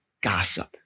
gossip